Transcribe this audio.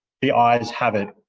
the ayes have it.